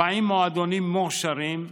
40 מועדונים מועשרים,